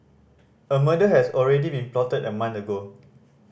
a murder has already been plotted a month ago